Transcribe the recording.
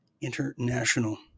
International